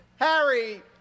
Harry